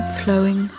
flowing